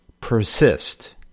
persist